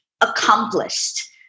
accomplished